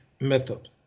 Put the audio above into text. method